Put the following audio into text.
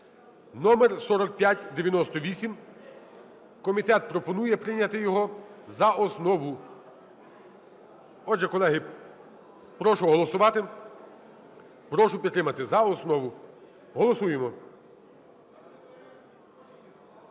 (№ 4598). Комітет пропонує прийняти його за основу. Отже, колеги, прошу голосувати, прошу підтримати за основу, голосуємо.